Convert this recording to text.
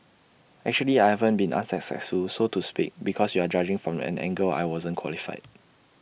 actually I haven't been unsuccessful so to speak because you are judging from an angle I wasn't qualified